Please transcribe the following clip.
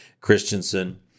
Christensen